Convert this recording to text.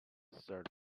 third